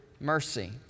mercy